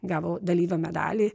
gavo dalyvio medalį